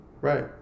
right